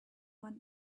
one